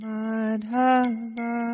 Madhava